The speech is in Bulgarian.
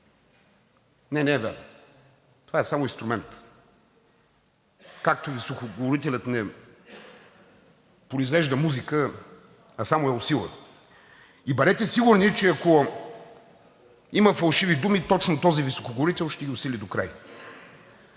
Не, не е вярно, това е само инструмент, както високоговорителят не произвежда музика, а само я усилва. И бъдете сигурни, че ако има фалшиви думи, точно този високоговорител ще ги усили докрай.